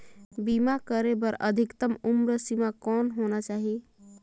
बीमा करे बर अधिकतम उम्र सीमा कौन होना चाही?